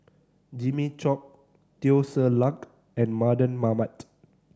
Jimmy Chok Teo Ser Luck and Mardan Mamat